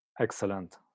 Excellent